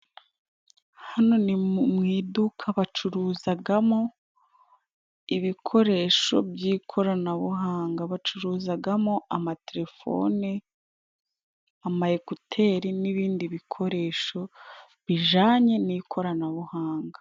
Hano ni mu iduka, bacuruzagamo ibikoresho by'ikoranabuhanga. Bacuruzagamo amatelefone, amayekuteri n'ibindi bikoresho bijyanye n'ikoranabuhanga.